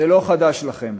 זה לא חדש לכם.